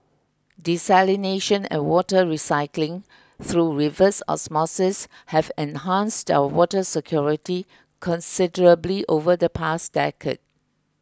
desalination and water recycling through reverse osmosis have enhanced our water security considerably over the past decade